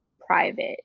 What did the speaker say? private